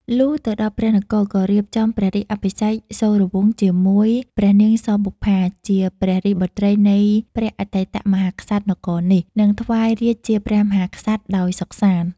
លុះទៅដល់ព្រះនគរ ក៏រៀបចំព្រះរាជអភិសេកសូរវង្សជាមួយព្រះនាងសបុប្ផា ជាព្រះរាជបុត្រីនៃព្រះអតីតមហាក្សត្រនគរនេះ និងថ្វាយរាជ្យជាព្រះមហាក្សត្រដោយសុខសាន្ត។